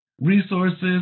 resources